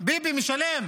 ביבי משלם.